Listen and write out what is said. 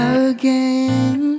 again